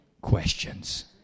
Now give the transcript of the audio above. questions